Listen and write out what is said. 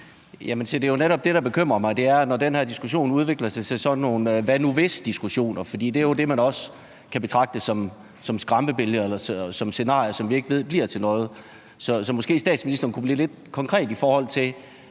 netop bekymrer mig, er, når den her diskussion udvikler sig til sådan nogle »hvad nu hvis«-diskussioner. For det er jo det, man også kan betragte som skræmmebilleder eller som scenarier, som vi ikke ved om bliver til noget. Så måske kunne statsministeren blive lidt konkret i forhold til